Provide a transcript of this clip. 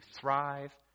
thrive